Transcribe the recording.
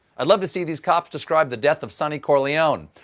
i'd love to see these cops describe the death of sonny corleone.